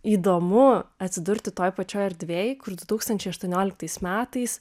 įdomu atsidurti toj pačioj erdvėj kur du tūkstančiai aštuonioliktais metais